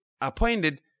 Appointed